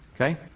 Okay